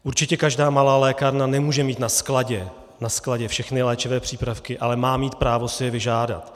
Určitě každá malá lékárna nemůže mít na skladě všechny léčivé přípravky, ale má mít právo si je vyžádat.